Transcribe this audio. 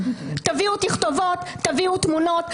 תביאו תכתובות, תביאו תמונות.